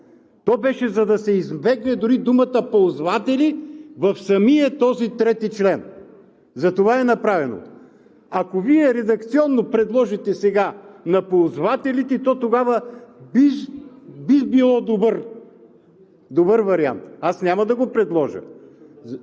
То беше, за да се избегне дори думата „ползватели“ в самия този трети член. Затова е направено. Ако Вие редакционно предложите сега на „ползвателите“, то би бил добър вариант. Аз няма да го предложа,